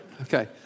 Okay